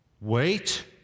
Wait